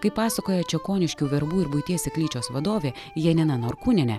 kaip pasakoja čekoniškių verbų ir buities seklyčios vadovė janina norkūnienė